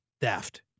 theft